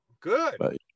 Good